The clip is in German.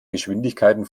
geschwindigkeiten